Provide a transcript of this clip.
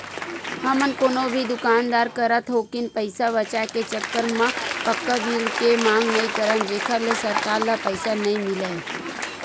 हमन कोनो भी दुकानदार करा थोकिन पइसा बचाए के चक्कर म पक्का बिल के मांग नइ करन जेखर ले सरकार ल पइसा नइ मिलय